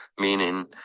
meaning